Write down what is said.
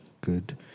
good